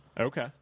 Okay